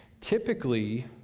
Typically